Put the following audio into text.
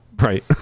Right